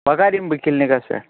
وۅنۍ کَر یِمہٕ بہٕ کِلنِکَس پٮ۪ٹھ